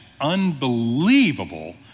unbelievable